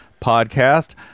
podcast